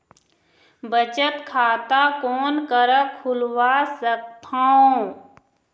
बचत खाता कोन करा खुलवा सकथौं?